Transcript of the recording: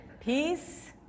peace